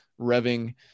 revving